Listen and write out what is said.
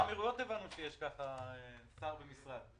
באיחוד האמירויות הבנו שיש ככה, שר במשרד.